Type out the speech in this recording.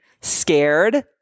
scared